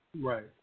Right